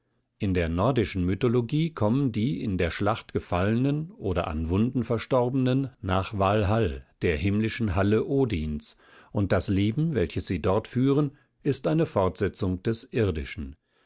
in der nordischen mythologie kommen die in der schlacht gefallenen oder an wunden verstorbenen nach walhall der himmlischen halle odhins und das leben welches sie dort führen ist eine fortsetzung des irdischen